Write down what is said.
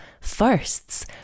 firsts